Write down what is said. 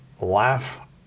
laugh